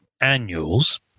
annuals